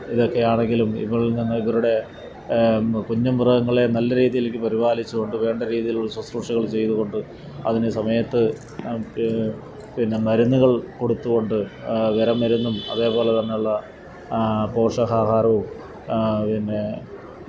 ഇതൊക്കെ ആണെങ്കിലും ഇപ്പോൾ നിന്ന് ഇവരുടെ കുഞ്ഞു മൃഗങ്ങളേ നല്ല രീതിയിലേക്ക് പരിപാലിച്ചുകൊണ്ട് വേണ്ട രീതിയിലുള്ള ശ്രുശ്രൂഷകള് ചെയ്തുകൊണ്ട് അതിന് സമയത്ത് പിന്നെ മരുന്നുകള് കൊടുത്തുകൊണ്ട് വിര മരുന്നും അതുപോലെതന്നെയുള്ള പോഷകാഹാരവും പിന്നെ